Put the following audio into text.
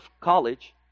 college